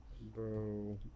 bro